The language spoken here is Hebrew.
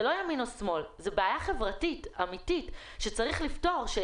זה לא ימין או שמאל אלא זו בעיה חברתית אמיתית שצריך לפתור אותה,